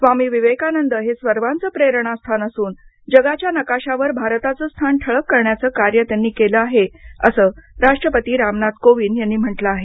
स्वामी विवेकानंद हे सर्वांचं प्रेरणास्थान असून जगाच्या नकाशावर भारताचं स्थान ठळक करण्याचं कार्य त्यांनी केलं आहे असं राष्ट्रपती रामनाथ कोविंद यांनी म्हटलं आहे